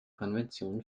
konvention